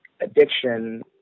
addiction